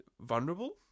vulnerable